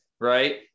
right